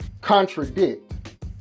contradict